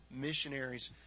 missionaries